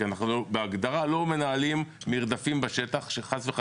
כי בהגדרה אנחנו לא מנהלים מרדפים בשטח כדי